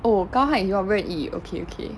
oh 高汉 is your 任意 okay okay